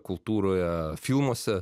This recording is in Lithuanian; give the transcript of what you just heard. kultūroje filmuose